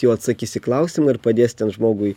jau atsakys į klausimą ir padės ten žmogui